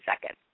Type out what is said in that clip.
second